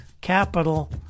capital